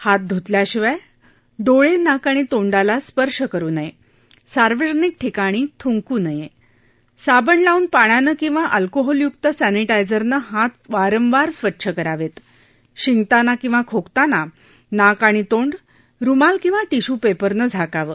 हात धुतल्याशिवाय डोळा आक आणि तोंडाला स्पर्श करु नया सार्वजनिक ठिकाणी थुंकू नया साबण लावून पाण्यानं किंवा अल्कोहोलयुक्त सॅनिता झिरनं हात वारंवार स्वच्छ करावती शिंकताना किंवा खोकताना नाक आणि तोंड रुमाल किंवा विध्यू प्रसिनं झाकावं